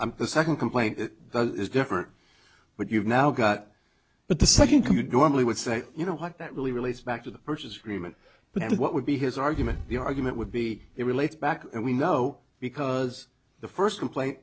the second complaint is different but you've now got but the second could go i would say you know what that really relates back to the purchase agreement but what would be his argument the argument would be it relates back and we know because the first complaint